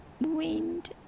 wind